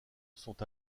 sont